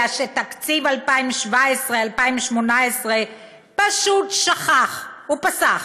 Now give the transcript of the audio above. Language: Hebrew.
אלא שתקציב 2017 2018 פשוט שכח ופסח